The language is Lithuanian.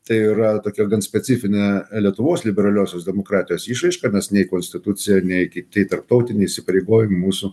tai yra tokia gan specifinė lietuvos liberaliosios demokratijos išraiška nes nei konstitucija nei kiti tarptautiniai įsipareigojimai mūsų